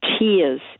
tears